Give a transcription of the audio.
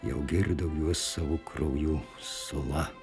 jau girdau juos savo krauju sula